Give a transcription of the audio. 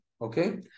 Okay